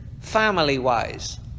family-wise